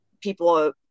people